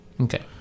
Okay